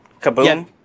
Kaboom